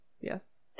Yes